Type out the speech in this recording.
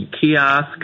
kiosk